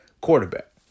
quarterback